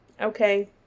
Okay